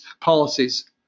policies